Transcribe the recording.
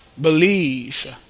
believe